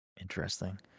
Interesting